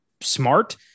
smart